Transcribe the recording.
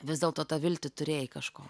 vis dėlto tą viltį turėjai kažko